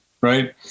right